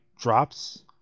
drops